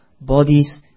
bodies